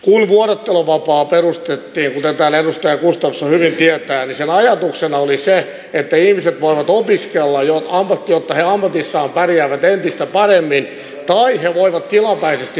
kun vuorotteluvapaa perustettiin kuten täällä edustaja gustafsson hyvin tietää niin sen ajatuksena oli se että ihmiset voivat opiskella jotta he ammatissaan pärjäävät entistä paremmin tai he voivat tilapäisesti hoitaa omaistaan